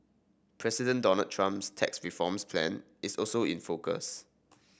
President Donald Trump's tax reforms plan is also in focus